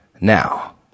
now